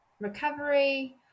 recovery